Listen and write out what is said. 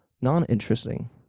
non-interesting